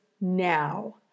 now